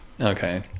Okay